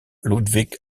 ludvig